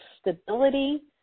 stability